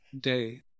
day